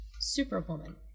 superwoman